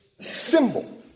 symbol